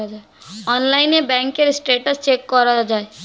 অনলাইনে ব্যাঙ্কের status check করা যায়